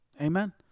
Amen